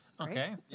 Okay